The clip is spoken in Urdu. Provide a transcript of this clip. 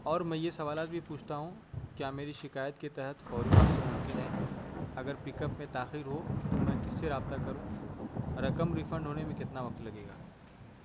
اور میں یہ سوالات بھی پوچھتا ہوں کیا میری شکایت کے تحت فوری واپسی ممکن ہے اگر پک اپ میں تاخیر ہو تو میں کس سے رابطہ کروں رقم ریفنڈ ہونے میں کتنا وقت لگے گا